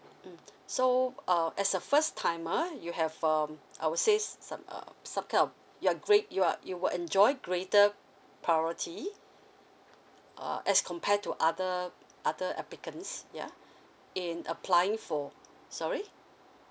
mm so uh as a first timer you have um I would say some uh some kind of you're great~ you uh you will enjoy greater priority uh as compare to other other applicants ya in applying for sorry